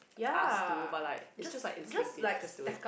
ask to but like if just like instinctive just do it